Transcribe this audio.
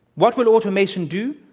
what will automation do?